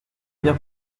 bien